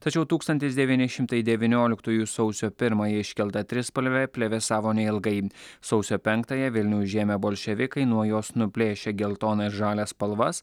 tačiau tūkstantis devyni šimtai devynioliktųjų sausio pirmąją iškelta trispalvė plevėsavo neilgai sausio penktąją vilnių užėmę bolševikai nuo jos nuplėšė geltoną ir žalią spalvas